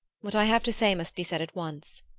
what i have to say must be said at once.